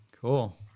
Cool